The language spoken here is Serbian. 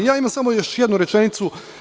Imam samo još jednu rečenicu.